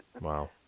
Wow